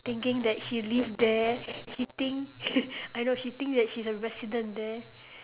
thinking that she live there she think I know she think that she's a resident there